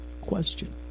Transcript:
question